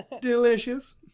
Delicious